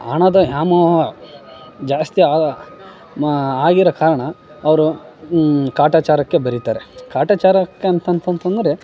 ಹಣದೆ ವ್ಯಾಮೋಹ ಜಾಸ್ತಿ ಆ ಮಾ ಆಗಿರೋ ಕಾರಣ ಅವರು ಕಾಟಚಾರಕ್ಕೆ ಬರೀತಾರೆ ಕಾಟಚಾರಕ್ಕೆ ಅಂತಂತಂತಂದರೆ